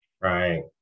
Right